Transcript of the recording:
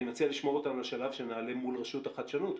אני רוצה לשמור אותן לשלב שנעלה מול רשות החדשנות,